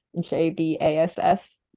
j-b-a-s-s